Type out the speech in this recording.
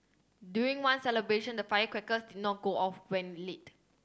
during one celebration the firecrackers did not go off when lit